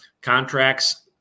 Contracts